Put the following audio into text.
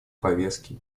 повестки